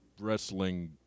wrestling